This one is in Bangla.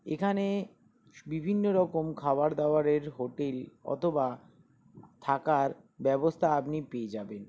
এখানে স বিভিন্ন রকম খাবার দাবারের হোটেল অথবা থাকার ব্যবস্থা আপনি পেয়ে যাবেন